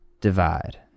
divide